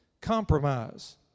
Compromise